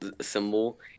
symbol